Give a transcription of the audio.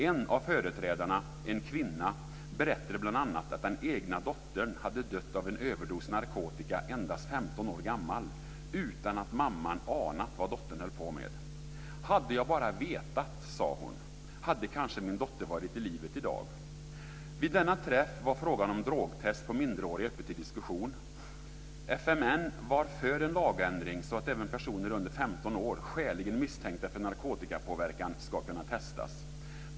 En av företrädarna, en kvinna, berättade bl.a. att den egna dottern hade dött av en överdos narkotika endast 15 år gammal utan att mamman anat vad dottern höll på med. Hade jag bara vetat, sade hon, då hade kanske min dotter varit i livet i dag. Vid denna träff var frågan om drogtest på minderåriga uppe till diskussion. FMN var för en lagändring, så att även personer under 15 år skäligen misstänkta för narkotikapåverkan ska kunna testas.